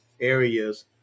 areas